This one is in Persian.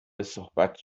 صحبت